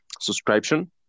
subscription